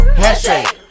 handshake